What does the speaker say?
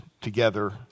together